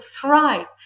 thrive